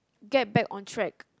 get back on track